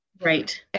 Right